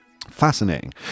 Fascinating